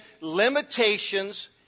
limitations